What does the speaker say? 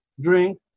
drink